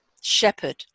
shepherd